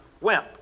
Wimp